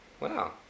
Wow